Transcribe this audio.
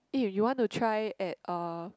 eh you want to try at uh